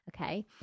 okay